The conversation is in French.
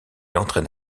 entraîne